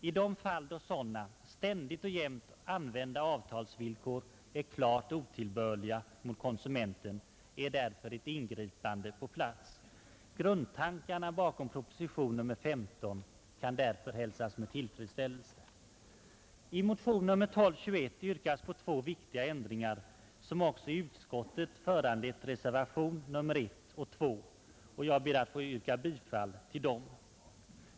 I de fall då sådana, ständigt och jämt använda avtalsvillkor är klart otillbörliga mot konsumenten, är därför ett ingripande på sin plats. Grundtankarna bakom proposition nr 15 kan därför hälsas med tillfredsställelse. I motionen 1221 yrkas på två viktiga ändringar, som också i utskottet föranlett reservationerna 1 och 2. Jag ber att få yrka bifall till dem.